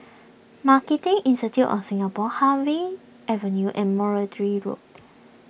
Marketing Institute of Singapore Harvey Avenue and Road